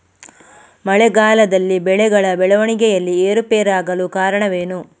ಮಳೆಗಾಲದಲ್ಲಿ ಬೆಳೆಗಳ ಬೆಳವಣಿಗೆಯಲ್ಲಿ ಏರುಪೇರಾಗಲು ಕಾರಣವೇನು?